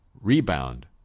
rebound